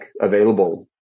available